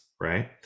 right